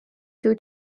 two